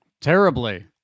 Terribly